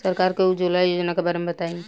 सरकार के उज्जवला योजना के बारे में बताईं?